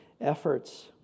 efforts